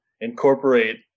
incorporate